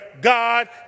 God